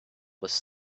was